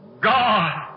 God